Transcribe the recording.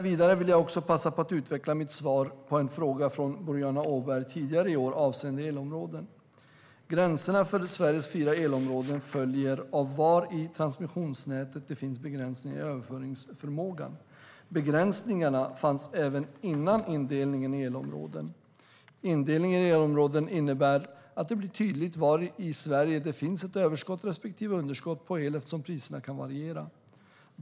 Vidare vill jag passa på att utveckla mitt svar på en fråga från Boriana Åberg tidigare i år avseende elområden. Gränserna för Sveriges fyra elområden följer av var i transmissionsnätet det finns begränsningar i överföringsförmågan. Begränsningarna fanns även före indelningen i elområden. Indelningen i elområden innebär att det blir tydligt var i Sverige det finns ett överskott respektive underskott på el eftersom priserna kan variera.